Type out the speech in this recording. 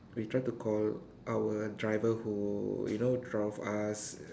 we try to call our driver who you know drove us